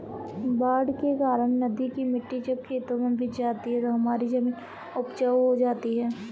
बाढ़ के कारण नदी की मिट्टी जब खेतों में बिछ जाती है तो हमारी जमीन उपजाऊ हो जाती है